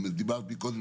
טקסים,